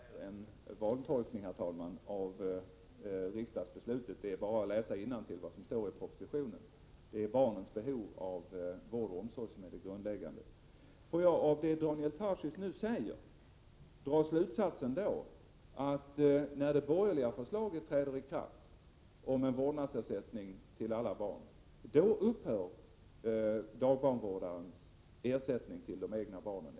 Herr talman! Jag återupprepar att detta är en vantolkning av riksdagsbeslutet. Det är bara att läsa innantill vad som står i propositionen. Det är barnens behov av vård och omsorg som är det grundläggande. Får jag av det Daniel Tarschys nu säger dra den slutsatsen att när det borgerliga förslaget om en vårdnadsersättning för alla barn träder i kraft, då upphör dagbarnvårdarens ersättning till det egna barnet?